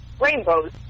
rainbows